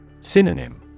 Synonym